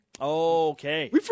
Okay